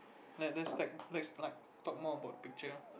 like let's take let's like talk more about the picture